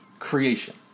Creation